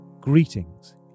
Greetings